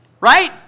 Right